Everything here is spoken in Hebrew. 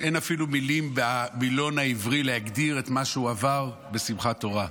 אין אפילו מילים במילון העברי להגדיר את מה שהוא עבר בשמחת תורה,